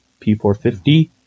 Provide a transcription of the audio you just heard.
P450